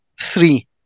three